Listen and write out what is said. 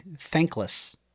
thankless